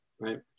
right